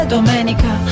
Domenica